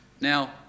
Now